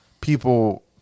people